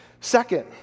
Second